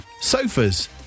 sofas